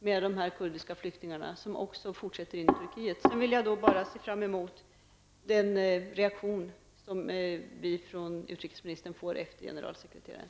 Är den svenska regeringen beredd att ge politiskt och moraliskt stöd till den framväxande kubanska demokratirörelsen, Den Demokratiska Plattformen?